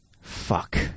Fuck